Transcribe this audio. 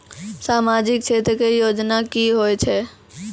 समाजिक क्षेत्र के योजना की होय छै?